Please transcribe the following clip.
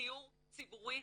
דיור ציבורי,